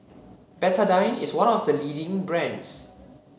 Betadine is one of the leading brands